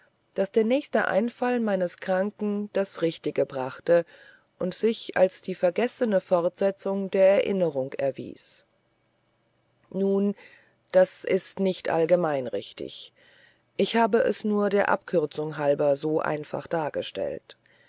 daß der nächste einfall meines kranken das richtige brachte und sich als die vergessene fortsetzung der erinnerung erwies nun das ist nicht allgemein richtig ich habe es nur der abkürzung halber so einfach dargestellt